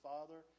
Father